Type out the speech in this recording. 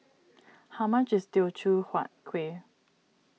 how much is Teochew Huat Kueh